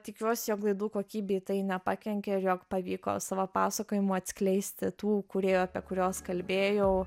tikiuosi jog laidų kokybei tai nepakenkė ir jog pavyko savo pasakojimu atskleisti tų kūrėjų apie kuriuos kalbėjau